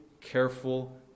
careful